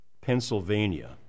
Pennsylvania